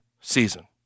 season